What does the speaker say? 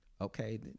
okay